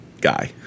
guy